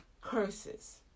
curses